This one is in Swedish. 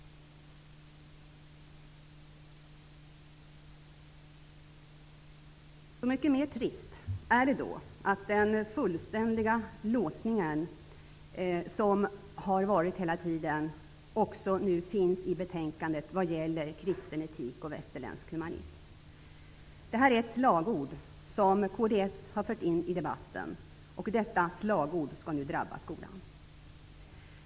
Så mycket mer trist är det då att den fullständiga låsningen som hela tiden har funnits också finns kring betänkandet när det gäller ''kristen etik och västerländsk humanism''. Detta är ett slagord som kds har fört in i debatten, och detta slagord skall nu skolan drabbas av.